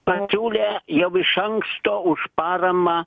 pasiūlė jau iš anksto už paramą